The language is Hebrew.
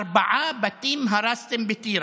ארבעה בתים הרסתם בטירה,